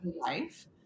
life